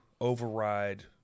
override